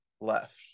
left